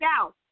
out